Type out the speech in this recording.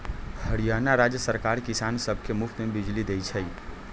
हरियाणा राज्य सरकार किसान सब के मुफ्त में बिजली देई छई